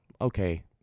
Okay